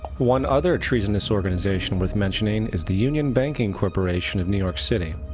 one other treasonous organization worth mentioning is the union banking corporation of new york city.